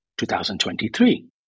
2023